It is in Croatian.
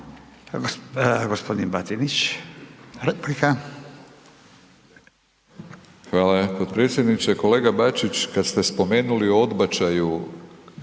**Batinić, Milorad (HNS)** Hvala potpredsjedniče. Kolega Bačić, kad ste spomenuli o odbačaju